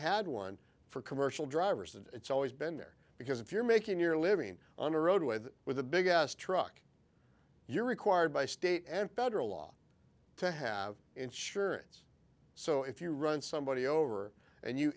had one for commercial drivers and it's always been there because if you're making your living on a road with with a big ass truck you're required by state and federal law to have insurance so if you run somebody over and you